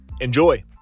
Enjoy